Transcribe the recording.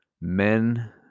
men